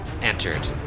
entered